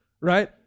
right